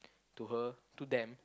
to her to them